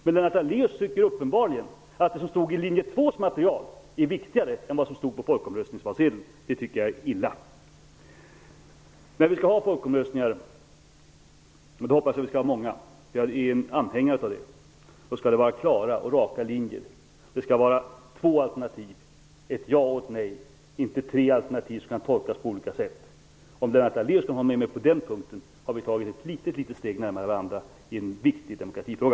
Men Lennart Daléus tycker uppenbarligen att det som stod i linje 2:s material är viktigare än vad som stod på valsedeln vid folkomröstningen. Det tycker jag är illa. Jag är anhängare av folkomröstningar och hoppas att vi skall ha många sådana. Men då skall det vara klara och raka linjer. Det skall vara två alternativ, ett ja och ett nej. Det skall inte vara tre alternativ, som kan tolkas på olika sätt. Om Lennart Daléus håller med mig på den punkten har vi tagit ett litet steg närmare varandra i en viktig demokratifråga.